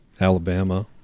alabama